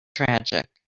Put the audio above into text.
tragic